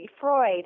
Freud